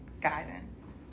Guidance